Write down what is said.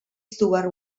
stuart